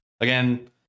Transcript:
Again